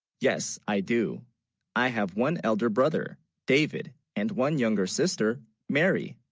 yes i do i have one elder brother david and one younger sister mary